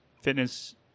fitness